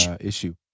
issue